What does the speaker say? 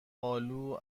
آلو